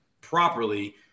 properly